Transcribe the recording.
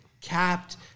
capped